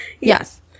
Yes